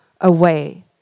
away